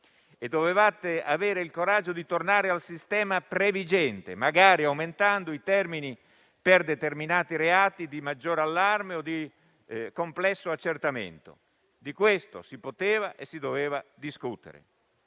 Dovevate avere il coraggio di tornare al sistema previgente, magari aumentando i termini per determinati reati di maggiore allarme o di complesso accertamento. Di questo si poteva e si doveva discutere.